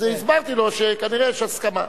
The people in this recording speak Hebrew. הסברתי לו שכנראה יש הסכמה.